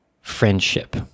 friendship